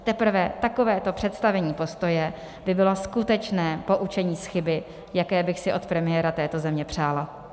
A teprve takovéto představení postoje by bylo skutečné poučení z chyby, jaké bych si od premiéra této země přála.